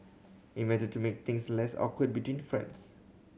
invented to make things less awkward between friends